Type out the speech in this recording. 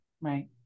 Right